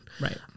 Right